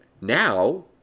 now